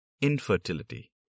Infertility